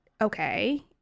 okay